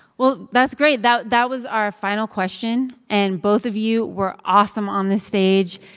well, that's great. that that was our final question. and both of you were awesome on the stage.